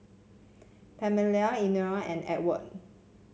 Pamella Elenore and Edward